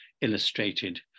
illustrated